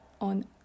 on